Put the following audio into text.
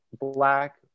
black